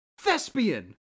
Thespian